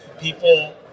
people